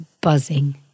buzzing